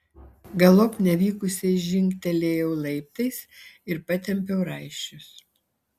galop nevykusiai žingtelėjau laiptais ir patempiau raiščius